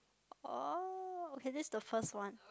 oh okay that's the first one